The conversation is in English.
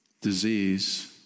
disease